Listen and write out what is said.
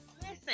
Listen